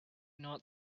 not